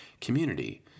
community